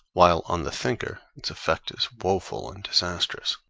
while on the thinker its effect is woeful and disastrous,